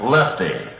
Lefty